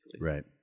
Right